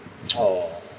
oh